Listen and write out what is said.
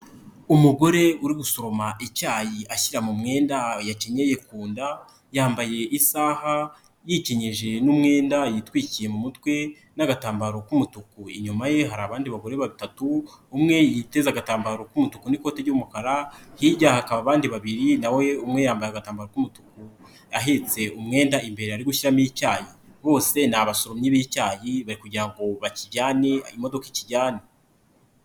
Umugore uri gusoroma icyayi ashyira mu mwenda yakinnyeye kunda, yambaye isaha, yikinyije n'umwenda yitwikiye mu mutwe, n'agatambaro k'umutuku. Inyuma ye hari abandi bagore batatu, umwe yiteza agatambaro k'umutuku n'ikoti ry'umukara, hirya hakaba abandi babiri nawe umwe yambaye agatambaro k'umutuku, ahetse umwenda imbere ari gushyiramo icyayi. Bose ni abasoromyi b'icyayi bari kugira ngo bakijyane imodoka ikijyane.